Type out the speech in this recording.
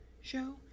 show